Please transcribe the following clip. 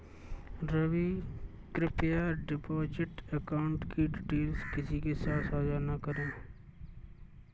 रवि, कृप्या deposit account की details किसी के साथ सांझा न करें